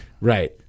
Right